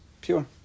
Pure